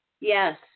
yes